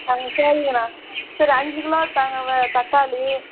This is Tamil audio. அங்கே சரிங்கண்ணா சரி அஞ்சு கிலோ தாங்க வே தக்காளி